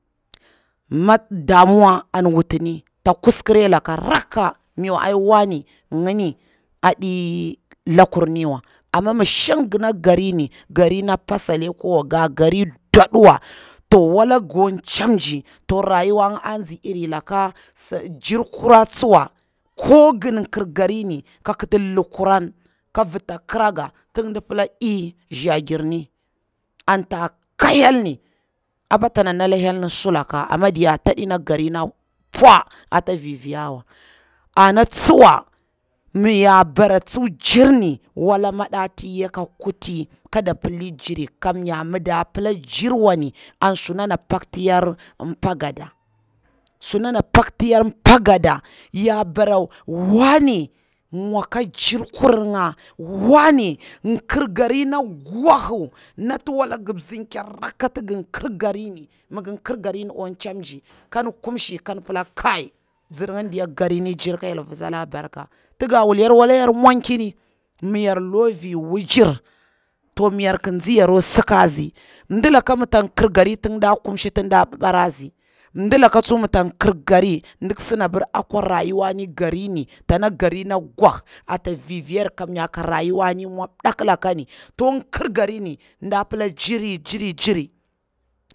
Mi damuwa an watini ta kuskure laka rakka miwa ai wanne ngini aɗi lakur miwa, mi shang gona garini ina ka pasali kowa, nga gari dodi wa to wala nga kwa chamji to rayuwa nga anzi iri laka, njirkura tsuwa ko kan kirgarini lukuran ka vita kra nga tin di pila ey zagir ni, an tsa ka hyel ni apa tana naka hyel ni sulaka ama diya ta ɗina garin na pwa a ta viviya wa, ana tsuwa mi ya bara tsu jirni, wala mada tiya ka kuti kada pilli jiri kamnya mida pila jirwa ni an suna na pakti yaru pa nga da, suna na pokti yaru pa gada, ya bara wanne mwa ka jirka rir nga, wanne kir gari na gwahu, nati wda ngi mziker rakka tigir kir gari ni akwa nchamji kan kumshi kan pila kai mzir mindiya garinijiri ka hyel vitsala barka, ti ga wul yaru wala yer mwonki ni mi yar lukwa vir wujir mi dalaka mi tak kir gari tin da kumshi tin da bibara tsi, mdila ka tsuwa tsana kin gari gwah rayuwa mdaku da pila ndakuwa jiri jiri jiri.